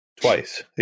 Twice